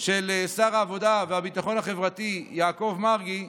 של שר העבודה והביטחון החברתי יעקב מרגי,